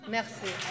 Merci